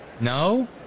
No